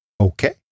Okay